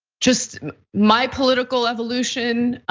just my political evolution.